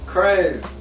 Crazy